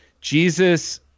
jesus